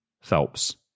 Phelps